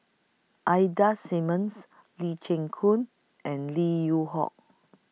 Ida Simmons Lee Chin Koon and Lim Yew Hock